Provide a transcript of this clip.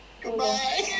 Goodbye